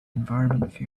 environment